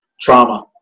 trauma